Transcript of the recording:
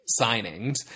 signings